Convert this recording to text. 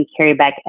carryback